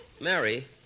Mary